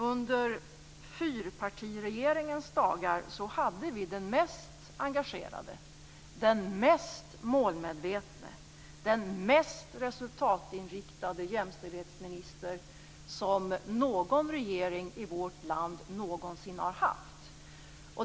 Under fyrpartiregeringens dagar hade vi den mest engagerade, den mest målmedvetna, den mest resultatinriktade jämställdhetsminister som någon regering i vårt land någonsin har haft.